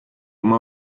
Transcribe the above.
immer